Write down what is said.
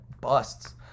busts